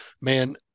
man